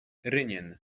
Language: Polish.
rynien